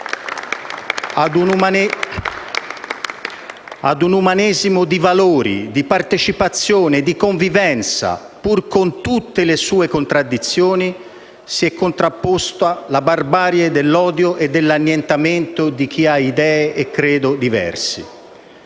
Ad un umanesimo di valori, di partecipazione e di convivenza (pur con tutte le sue contraddizioni) si è contrapposta la barbarie dell'odio e dell'annientamento di chi ha idee e credo diversi.